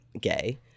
gay